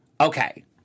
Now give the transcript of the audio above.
Okay